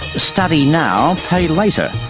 study now, pay later.